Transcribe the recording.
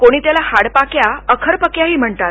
कोणी त्याला हाडपक्या अखरपक्याही म्हणतात